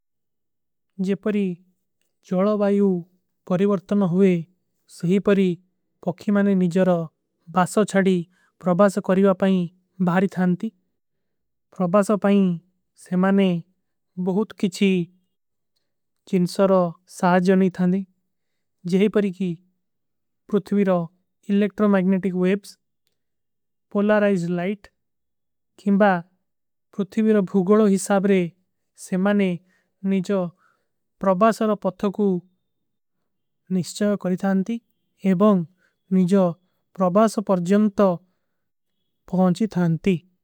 ଜେ ପରୀ ଜଡା ଵାଯୂ ପରିଵର୍ତନ ହୁଏ ସହୀ ପରୀ ପକ୍ଖୀ ମାନେ ନିଜର। ବାସୋ ଛଡୀ ପ୍ରଭାସ କରିଵା ପାଇଂ ଭାରୀ ଥାନତୀ ପ୍ରଭାସ ପାଇଂ ସେ। ମାନେ ବହୁତ କିଛୀ ଚିଂସର ସାଜ ଜନୀ ଥାନେ ଜେ ପରୀ କୀ ପ୍ରୁଥ୍ଵୀର। Electromagnetic waves polarise light କିମବା ପ୍ରୁଥ୍ଵୀର। ଭୂଗଲୋ ହିସାବରେ ସେ ମାନେ ନିଜର ପ୍ରଭାସ ପର ପଥ କୁ ନିଶ୍ଚାଯ। କରୀ ଥାନତୀ ଏବଂଗ ନିଜର ପ୍ରଭାସ ପର ଜଂତ ପହୁଂଚୀ ଥାନତୀ।